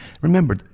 Remember